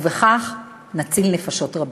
ובכך נציל נפשות רבות.